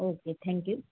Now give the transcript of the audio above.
okay thank you